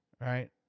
Right